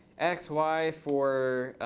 x. y for